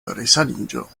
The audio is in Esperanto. resaniĝo